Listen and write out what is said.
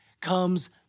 comes